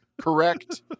correct